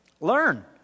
learn